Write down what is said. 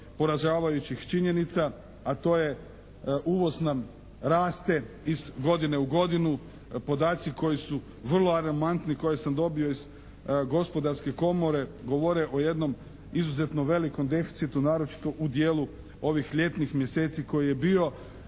poražavajućih činjenica a to je uvoz nam raste iz godine u godinu. Podaci koji su vrlo alarmantni, koje sam dobio iz Gospodarske komore govore o jednom izuzetno velikom deficitu naročito u dijelu ovih ljetnih mjeseci koji je bio